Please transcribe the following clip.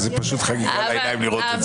זה פשוט חגיגה לעיניים לראות את זה.